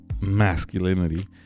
masculinity